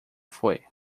foi